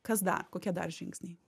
kas dar kokie dar žingsniai